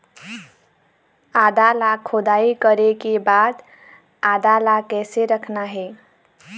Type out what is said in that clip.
आदा ला खोदाई करे के बाद आदा ला कैसे रखना हे?